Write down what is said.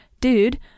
dude